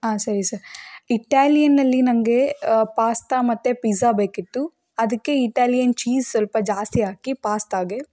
ಹಾಂ ಸರಿ ಸರ್ ಇಟಾಲಿಯನ್ನಲ್ಲಿ ನನಗೆ ಪಾಸ್ತಾ ಮತ್ತು ಪಿಜ್ಜಾ ಬೇಕಿತ್ತು ಅದಕ್ಕೆ ಇಟಾಲಿಯನ್ ಚೀಸ್ ಸ್ವಲ್ಪ ಜಾಸ್ತಿ ಹಾಕಿ ಪಾಸ್ತಾಗೆ